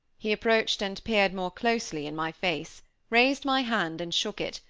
he approached and peered more closely in my face raised my hand and shook it,